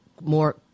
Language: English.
more